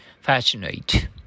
Fascinate